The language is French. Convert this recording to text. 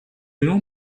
nom